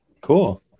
cool